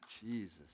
Jesus